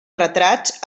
retrats